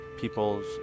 peoples